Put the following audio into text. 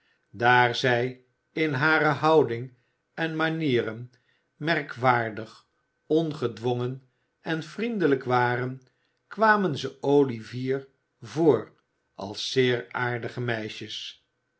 daar zij in hare houding en manieren merkwaardig ongedwongen en vriendelijk waren kwamen ze olivier voor als zeer aardige meisjes